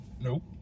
Nope